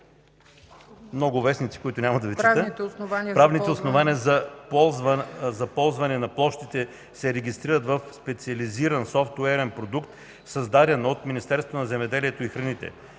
земи (обн., ДВ, бр. ...). Правните основания за ползване на площите се регистрират в специализиран софтуерен продукт, създаден от Министерството на земеделието и храните.